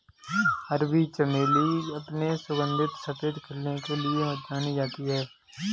अरबी चमेली अपने सुगंधित सफेद खिलने के लिए जानी जाती है